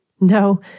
No